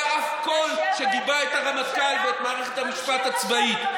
לא היה אף קול שגיבה את הרמטכ"ל ואת מערכת המשפט הצבאי,